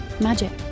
magic